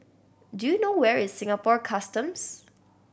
do you know where is Singapore Customs